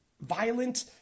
violent